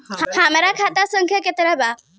हमरा खाता संख्या केतना बा?